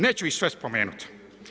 Neću ih sve spomenuti.